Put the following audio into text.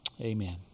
Amen